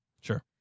Sure